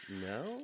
no